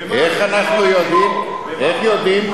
איך יודעים?